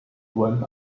went